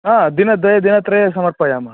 दिनद्वये दिनत्रये समर्पयामः